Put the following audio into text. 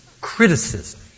criticism